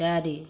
ଚାରି